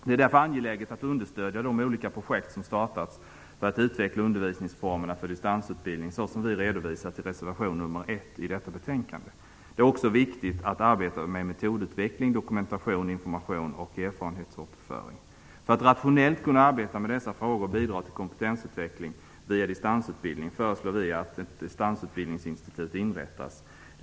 Det är därför angeläget att understödja de olika projekt som startas för att utveckla undervisningsformerna för distansutbildning så som vi har redovisat i reservation nr 1 i detta betänkande. Det är också viktigt att arbeta med metodutveckling, dokumentation, information och erfarenhetsåterföring. För att rationellt kunna arbeta med dessa frågor och bidra till kompetensutveckling via distansutbildning föreslår vi att ett distansutbildningsinstitut inrättas.